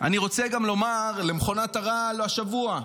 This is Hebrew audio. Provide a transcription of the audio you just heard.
אני רוצה גם לומר למכונת הרעל השבוע: